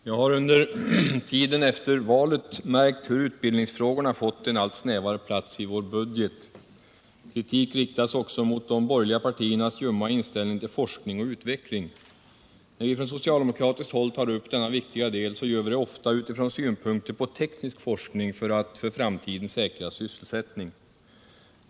Herr talman! Jag har under tiden efter valet märkt hur utbildningsfrågorna fått ett allt snävare utrymme i vår budget. Kritik riktas också mot de borgerliga partiernas ljumma inställning till forskning och utveckling. När vi från socialdemokratiskt håll tar upp denna viktiga del, så gör vi det ofta utifrån synpunkter på teknisk forskning för att för framtiden säkra sysselsättningen.